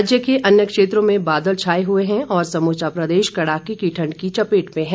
राज्य के अन्य क्षेत्रों में बादल छाए हुए हैं और समूचा प्रदेश कड़ाके की ठंड की चपेट में है